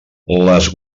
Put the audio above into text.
les